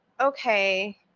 okay